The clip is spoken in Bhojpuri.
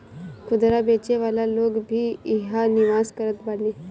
खुदरा बेचे वाला लोग भी इहवा निवेश करत बाने